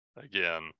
again